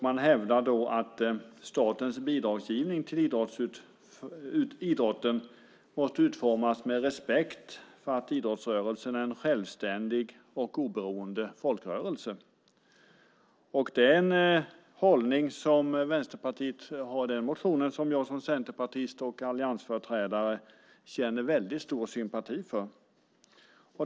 Man hävdar att statens bidragsgivning till idrotten måste utformas med respekt för att idrottsrörelsen är en självständig och oberoende folkrörelse. Det är en hållning som jag som centerpartist och alliansföreträdare känner stor sympati för.